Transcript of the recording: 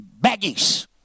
baggies